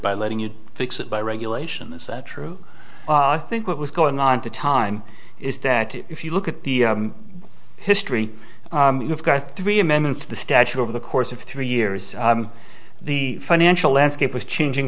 by letting you fix it by regulation is that true i think what was going on at the time is that if you look at the history you've got three amendments to the statue over the course of three years the financial landscape was changing